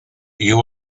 you